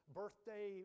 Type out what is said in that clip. birthday